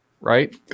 right